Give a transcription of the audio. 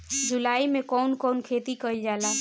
जुलाई मे कउन कउन खेती कईल जाला?